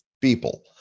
people